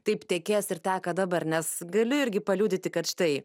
taip tekės ir teka dabar nes gali irgi paliudyti kad štai